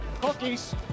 Cookies